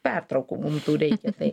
pertraukų mum tų reikia tai